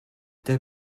der